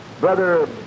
brother